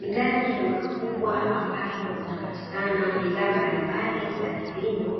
Ndani ya duka kubwa ambalo zinapatikana bidhaa mbalimbali za kilimo,